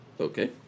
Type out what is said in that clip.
Okay